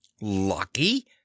Lucky